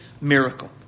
miracle